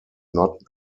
not